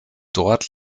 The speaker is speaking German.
dort